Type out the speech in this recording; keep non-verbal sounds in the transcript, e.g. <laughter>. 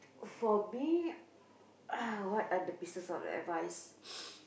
for me uh what are the pieces of advice <noise>